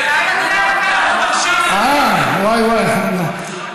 אה, וואי, וואי.